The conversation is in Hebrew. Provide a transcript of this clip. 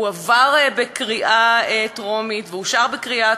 הוא עבר בקריאה טרומית ואושר בקריאה